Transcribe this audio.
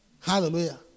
Hallelujah